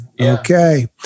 Okay